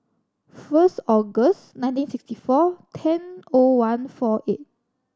first August ninnteen sixty four ten O one four eight